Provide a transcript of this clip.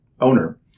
owner